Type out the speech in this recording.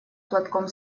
платком